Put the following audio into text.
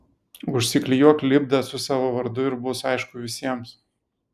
užsiklijuok lipdą su savo vardu ir bus aišku visiems